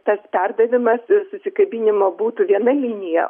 tas perdavimas susikabinimo būtų viena linija